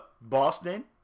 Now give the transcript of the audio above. Boston